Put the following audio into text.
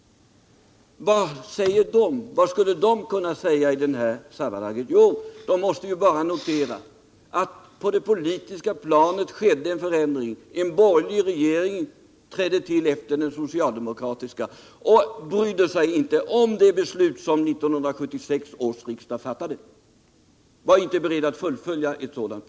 Vad skulle människorna i Norrbotten kunna säga i detta sammanhang? Jo, de måste bara notera att på det politiska planet skedde en förändring. En borgerlig regering trädde till efter den socialdemokratiska, och den borgerliga regeringen brydde sig inte om det beslut som 1976 års riksdag fattade. Den var inte beredd att fullfölja det beslutet.